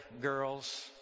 girls